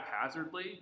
haphazardly